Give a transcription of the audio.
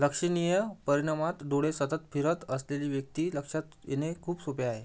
लक्षणीय परिणामात डोळे सतत फिरत असलेली व्यक्ती लक्षात येणे खूप सोपे आहे